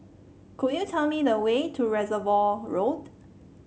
could you tell me the way to Reservoir Road